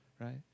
right